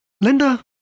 Linda